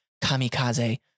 kamikaze